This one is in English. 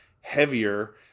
heavier